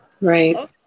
Right